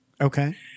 okay